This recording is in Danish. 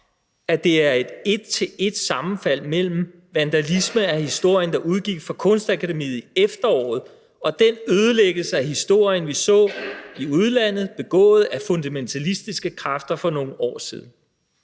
at der er et et til et-sammenfald mellem vandalisme af historien, der udgik fra Kunstakademiet i efteråret, og den ødelæggelse af historien, vi så i udlandet begået af fundamentalistiske kræfter for nogle år siden.